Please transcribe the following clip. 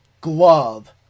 glove